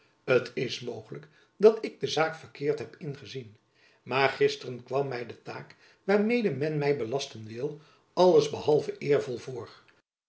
t is mogelijk dat ik de zaak verkeerd heb ingezien maar gisteren kwam my de taak waarmede men my belasten wil alles behalve eervol voor